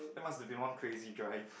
that must've been one crazy drive